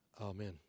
Amen